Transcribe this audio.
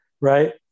Right